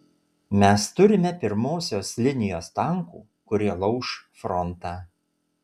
mes turime pirmosios linijos tankų kurie lauš frontą